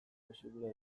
posible